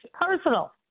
personal